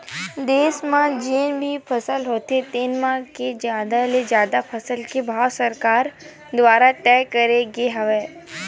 देस म जेन भी फसल होथे तेन म के जादा ले जादा फसल के भाव सरकार दुवारा तय करे गे हवय